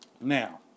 now